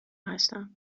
هستم